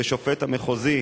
ושופט המחוזי,